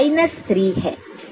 इस क्लास का सारांश लेते हैं